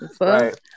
right